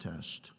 test